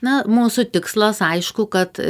na mūsų tikslas aišku kad